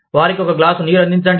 వారికి ఒక గ్లాసు నీరు అందించండి